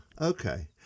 Okay